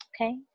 Okay